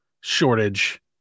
shortage